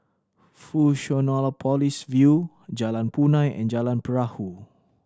Fusionopolis View Jalan Punai and Jalan Perahu